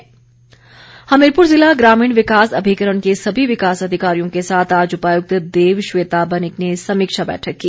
समीक्षा बैठक हमीरपुर जिला ग्रामीण विकास अभिकरण के सभी विकास अधिकारियों के साथ आज उपायुक्त देवश्वेता बनिक ने समीक्षा बैठक की